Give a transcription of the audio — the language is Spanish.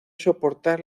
soportar